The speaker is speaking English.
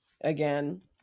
again